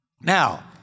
Now